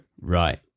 right